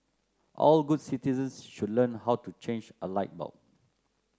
all good citizens should learn how to change a light bulb